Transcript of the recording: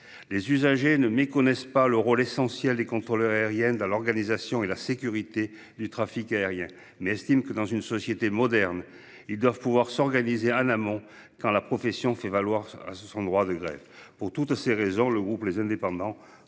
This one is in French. les usagers ne méconnaissent pas le rôle essentiel des contrôleurs aériens dans l'organisation et la sécurité du trafic, ils estiment que, dans une société moderne comme la nôtre, ils doivent pouvoir s'organiser en amont, lorsque la profession fait valoir son droit de grève. Pour toutes ces raisons, le groupe Les Indépendants